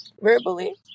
verbally